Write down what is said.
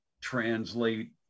translate